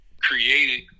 created